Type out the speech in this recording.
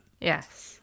Yes